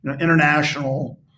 international